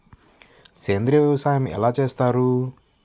సేంద్రీయ వ్యవసాయం ఎలా చేస్తారు?